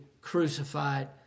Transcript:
crucified